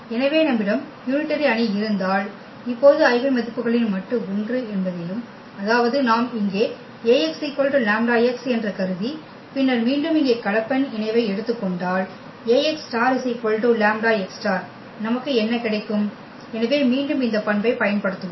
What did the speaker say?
எனவே நம்மிடம் யூனிடரி அணி இருந்தால் இப்போது ஐகென் மதிப்புகளின் மட்டு 1 என்பதை நிரூபிப்போம் அதாவது நாம் இங்கே Ax λx என்று கருதி பின்னர் மீண்டும் இங்கே கலப்பெண் இணைவை எடுத்துக் கொண்டால் ∗ λx∗ நமக்கு என்ன கிடைக்கும் எனவே மீண்டும் இந்த பண்பைப் பயன்படுத்துவோம்